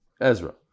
Ezra